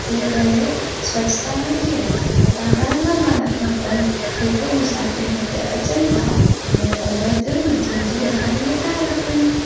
जंहिं करे स्वच्छता नथी रहे त फटाकड़ा न ॿारण खपनि जेको मुसाफ़िर हिते अचनि था उहे पर्वत नदियुनि जो ध्यानु नथा रखनि